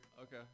Okay